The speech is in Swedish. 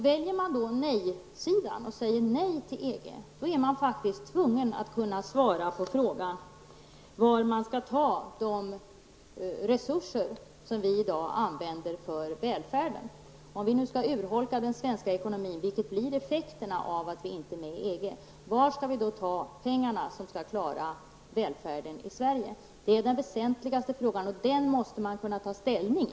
Väljer man att säga nej till EG är man faktiskt tvungen att svara på varifrån man skall ta de resurser som vi i dag använder för välfärden. Om vi skall urholka den svenska ekonomin -- vilket blir effekten av att vi inte är med i EG -- varifrån skall vi då ta de pengar som skall klara välfärden i Sverige? Det är den väsentligaste frågan, och den måste man kunna ta ställning i.